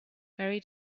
very